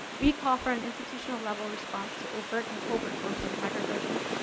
we call for an institutional level response to overt and covert forms of microaggressions,